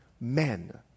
men